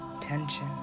tension